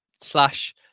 slash